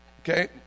Okay